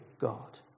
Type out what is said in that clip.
God